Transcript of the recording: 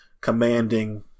commanding